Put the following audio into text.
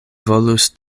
volus